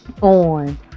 on